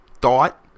thought